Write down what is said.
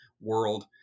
world